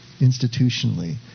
institutionally